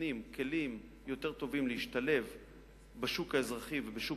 שנותנים כלים יותר טובים להשתלב בשוק האזרחי ובשוק